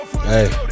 Hey